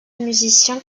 musiciens